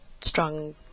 strong